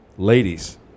Ladies